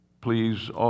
please